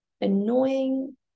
annoying